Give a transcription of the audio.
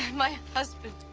my husband,